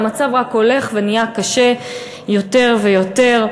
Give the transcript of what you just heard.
והמצב רק הולך ונהיה קשה יותר ויותר.